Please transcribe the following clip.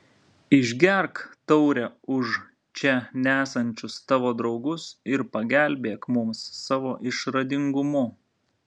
išgerk taurę už čia nesančius tavo draugus ir pagelbėk mums savo išradingumu